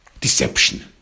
deception